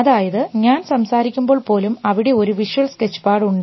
അതായത് ഞാൻ സംസാരിക്കുമ്പോൾ പോലും അവിടെ ഒരു വിഷ്വൽ സ്കെച്ച് പാട് ഉണ്ട്